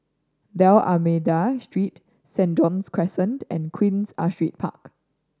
Dalmeida Street St John's Crescent and Queen Astrid Park